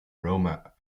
roma